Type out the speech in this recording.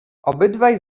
obydwaj